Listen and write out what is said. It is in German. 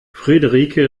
friederike